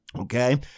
Okay